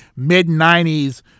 mid-'90s